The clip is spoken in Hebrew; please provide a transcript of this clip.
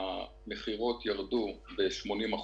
המכירות ירדו ב-80%.